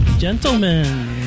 Gentlemen